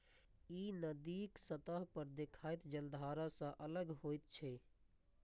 ई नदीक सतह पर देखाइत जलधारा सं अलग होइत छै